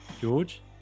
George